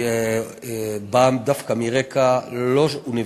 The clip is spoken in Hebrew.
היא דווקא לא באה מרקע אוניברסיטאי